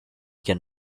can